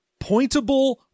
pointable